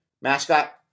Mascot